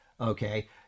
okay